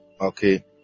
Okay